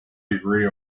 degree